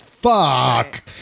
fuck